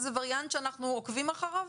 איזה וריאנט שאנחנו עוקבים אחריו?